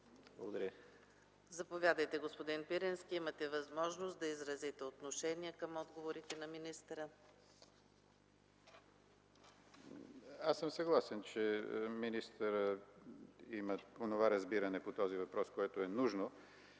МИХАЙЛОВА: Заповядайте, господин Пирински. Имате възможност да изразите отношение към отговорите на министъра. ГЕОРГИ ПИРИНСКИ (КБ): Аз съм съгласен, че министърът има онова разбиране по този въпрос, което е нужно.